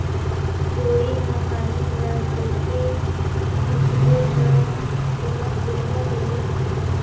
जोणी मा पानी ला कइसे सिंचबो ता ओहार बेडिया होही?